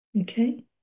Okay